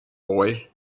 boy